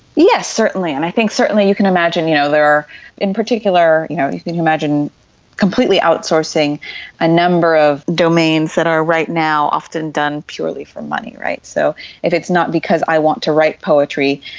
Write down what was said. yes, certainly, and i think certainly you can imagine you know there are in particular you know and you can imagine completely outsourcing a number of domains that are right now often done purely for money. so if it's not because i want to write poetry,